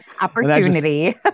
Opportunity